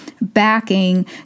backing